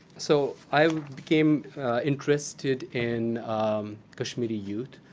so i became interested in kashmiri youth,